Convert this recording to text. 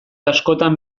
askotan